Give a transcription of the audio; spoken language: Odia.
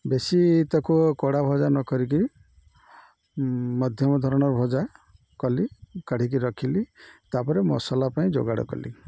ବେଶୀ ତାକୁ କଡ଼ା ଭଜା ନ କରିକି ମଧ୍ୟମ ଧରଣର ଭଜା କଲି କାଢ଼ିକି ରଖିଲି ତା'ପରେ ମସଲା ପାଇଁ ଯୋଗାଡ଼ କଲି